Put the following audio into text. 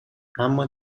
اما